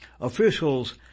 officials